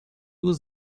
was